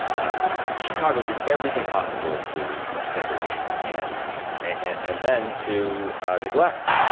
um chicago did everything possible to segregate. and and then to neglect.